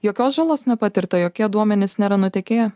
jokios žalos nepatirta jokie duomenys nėra nutekėję